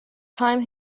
time